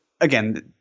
again